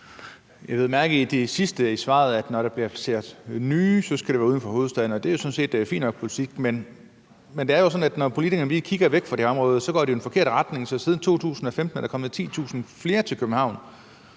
Jeg bed mærke i det sidste af svaret: at når der skal placeres nye, skal det være uden for hovedstaden. Det er jo sådan set en fin politik, men det er jo sådan, at når politikerne lige kigger væk fra det område, går det i den forkerte retning. Så siden 2015 er der kommet 10.000 flere til København,